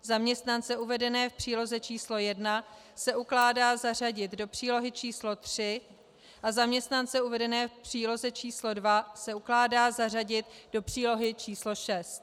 Zaměstnance uvedené v příloze číslo 1 se ukládá zařadit do přílohy číslo 3 a zaměstnance uvedené v příloze číslo 2 se ukládá zařadit do přílohy číslo 6;